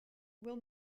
will